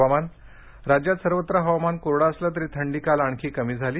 हवामान राज्यात सर्वत्र हवामान कोरडं असलं तरी थंडी काल आणखी कमी झाली